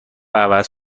عوض